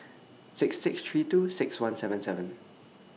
six six three two six one seven seven